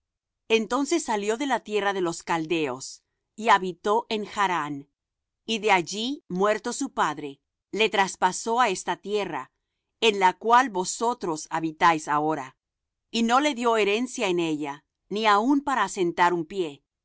entonces salió de la tierra de los caldeos y habitó en chrán y de allí muerto su padre le traspasó á esta tierra en la cual vosotros habitáis ahora y no le dió herencia en ella ni aun para asentar un pie